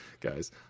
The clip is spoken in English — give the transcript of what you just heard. guys